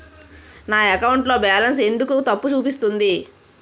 నా అకౌంట్ లో బాలన్స్ ఎందుకు తప్పు చూపిస్తుంది?